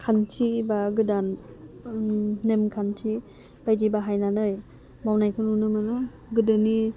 खान्थि बा गोदान नेमखान्थि बायदि बाहायनानै मावनायखौ नुनो मोनो गोदोनि